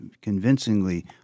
convincingly